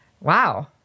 wow